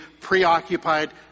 preoccupied